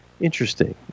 Interesting